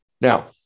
Now